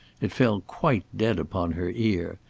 it fell quite dead upon her ear,